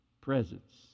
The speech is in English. presence